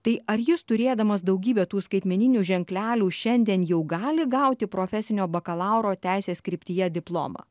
tai ar jis turėdamas daugybę tų skaitmeninių ženklelių šiandien jau gali gauti profesinio bakalauro teisės kryptyje diplomą